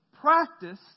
practice